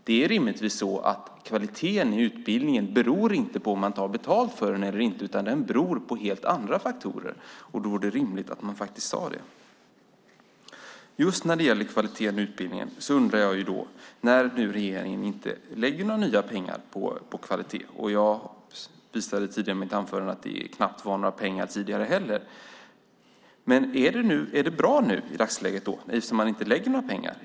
Det är rimligtvis så att kvaliteten i utbildningen inte beror på om man tar betalt för den eller inte, utan den beror på helt andra faktorer. Då vore det rimligt att man sade det. Att regeringen inte lägger några nya pengar på kvalitet - och jag visade i mitt anförande att det knappt lades några pengar tidigare heller - får mig att undra: Är det bra nu?